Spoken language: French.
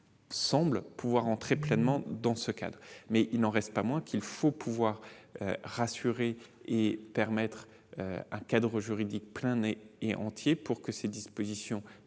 semblent pouvoir entrer pleinement dans ce cadre. Mais il n'en reste pas moins qu'il faut pouvoir rassurer et permettre un cadre juridique plein et entier pour que ces dispositions